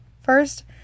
First